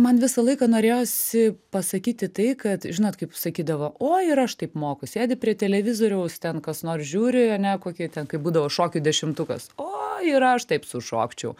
man visą laiką norėjosi pasakyti tai kad žinot kaip sakydavo o ir aš taip moku sėdi prie televizoriaus ten kas nors žiūri ane kokie ten kaip būdavo šokių dešimtukas o ir aš taip sušokčiau